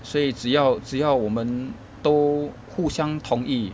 所以只要只要我们都互相同意